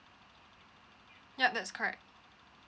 yup that's correct